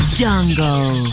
jungle